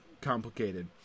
complicated